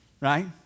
right